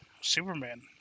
Superman